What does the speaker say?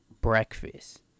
breakfast